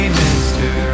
mister